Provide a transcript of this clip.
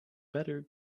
better